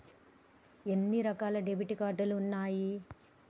ఎన్ని రకాల debit card ఉన్నాయి?